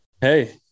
hey